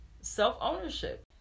self-ownership